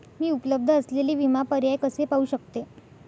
मी उपलब्ध असलेले विमा पर्याय कसे पाहू शकते?